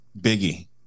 Biggie